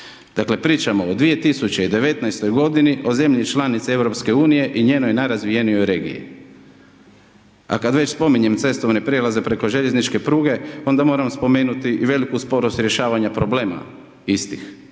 Dakle, pričamo o 2019. g. o zemlji članici EU i njenoj najrazvijenijoj regiji. A kada već spominjem cestovne prijelaze preko željezničke pruge, onda moram spomenuti i veliku sporost u rješavanju problema istih.